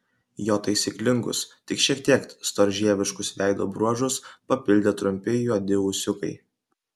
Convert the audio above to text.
jo taisyklingus tik šiek tiek storžieviškus veido bruožus papildė trumpi juodi ūsiukai